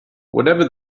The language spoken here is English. whatever